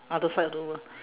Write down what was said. other side of the world